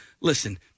listen